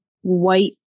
white